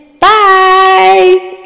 Bye